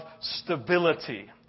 stability